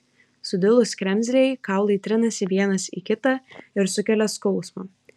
sudilus kremzlei kaulai trinasi vienas į kitą ir sukelia skausmą